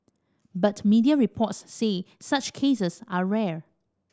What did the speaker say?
but media reports say such cases are rare